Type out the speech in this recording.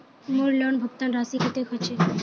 मोर लोन भुगतान राशि कतेक होचए?